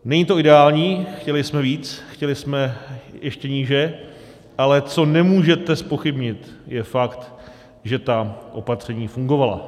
Není to ideální, chtěli jsme víc, chtěli jsme ještě níže, ale co nemůžete zpochybnit, je fakt, že ta opatření fungovala.